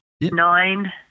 nine